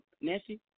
Nancy